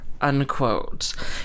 Unquote